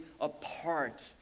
apart